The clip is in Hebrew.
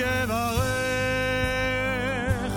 ייתן ה'